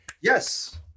Yes